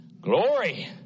glory